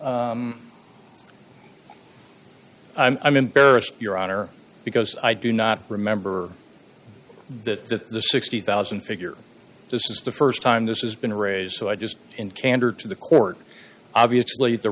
i'm embarrassed your honor because i do not remember that the sixty thousand figure this is the st time this has been raised so i just in candor to the court obviously the